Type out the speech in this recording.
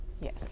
Yes